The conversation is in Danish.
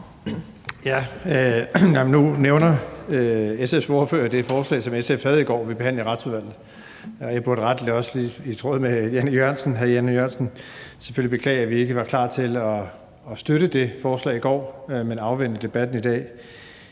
Nu nævner SF's ordfører det forslag, som SF havde på i går, og som vi behandlede i Retsudvalget. Jeg burde rettelig – i tråd med det, hr. Jan E. Jørgensen sagde – selvfølgelig også beklage, at vi ikke var klar til at støtte det forslag i går, men afventede debatten i dag.